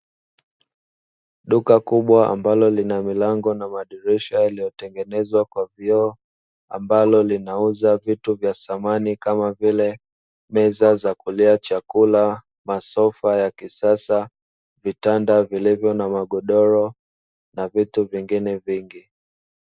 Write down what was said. Duka kubwa ambalo lina milango na madirisha yaliyotengenezwa kwa vioo, ambalo linauza vitu vya samani kama vile; meza za kulia chakula, masofa ya kisasa, vitanda vilivyo na magodoro na vitu vingine vingi.